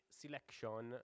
selection